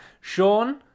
Sean